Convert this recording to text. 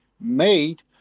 made